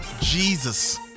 Jesus